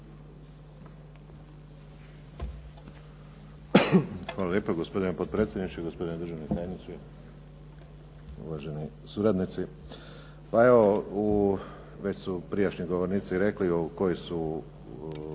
Hvala lijepa gospodine potpredsjedniče, gospodine državni tajniče, uvaženi suradnici. Pa evo, već su prijašnji govornici rekli koji su